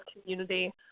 community